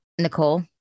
Nicole